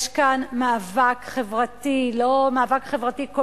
יש כאן מאבק חברתי כולל.